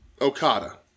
Okada